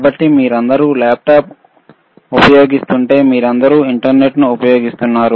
కాబట్టి మీరందరూ ల్యాప్టాప్ ఉపయోగిస్తుంటే మీరందరూ ఇంటర్నెట్ను ఉపయోగిస్తున్నారు